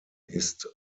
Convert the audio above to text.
ist